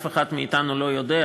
אף אחד מאתנו לא יודע,